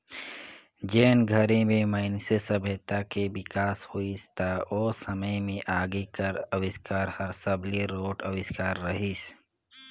जेन घरी में मइनसे सभ्यता के बिकास होइस त ओ समे में आगी कर अबिस्कार हर सबले रोंट अविस्कार रहीस